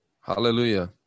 Hallelujah